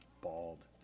bald